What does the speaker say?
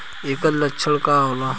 ऐकर लक्षण का होला?